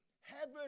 Heaven